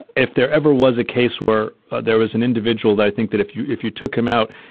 if there ever was a case where there was an individual, they think that if you if you took him out,